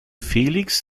felix